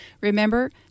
Remember